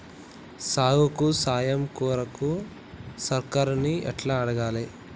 సాగుకు సాయం కొరకు సర్కారుని ఎట్ల అడగాలే?